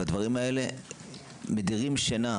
והדברים האלה מדירים שינה,